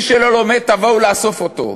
מי שלא לומד, תבואו לאסוף אותו.